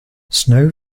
snow